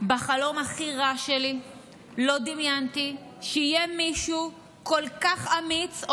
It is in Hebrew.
בחלום הכי רע שלי לא דמיינתי שיהיה מישהו כל כך אמיץ,